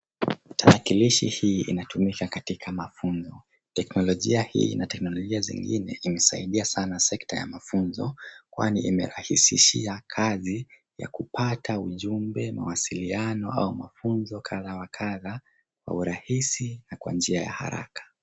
Tarakilishi hii inatumika katika mafunzo. Teknolojia hii na teknolojia zingine imesaidia sana sekta ya mafunzo kwani imerahisishia kazi ya kupata ujumbe, mawasiliano au mafunzo kadha wa kadha kwa urahisi na kwa njia ya haraka.